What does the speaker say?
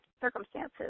circumstances